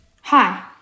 Hi